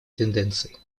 тенденцией